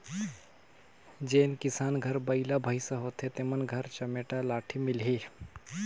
जेन किसान घर बइला भइसा होथे तेमन घर चमेटा लाठी मिलही